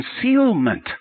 concealment